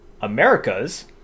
Americas